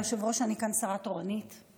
היושב-ראש, אני שרה תורנית כאן.